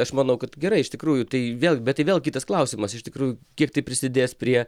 aš manau kad gerai iš tikrųjų tai vėl bet tai vėl kitas klausimas iš tikrųjų kiek tai prisidės prie